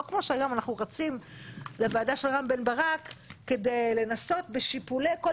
כמו שהיום אנחנו רצים לוועדה של רם בן ברק כדי לנסות בשיפולי כול